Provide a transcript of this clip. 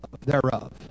thereof